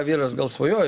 vyras gal svajojo